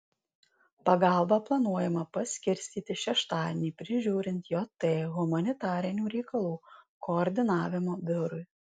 pagalbą planuojama paskirstyti šeštadienį prižiūrint jt humanitarinių reikalų koordinavimo biurui